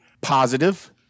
positive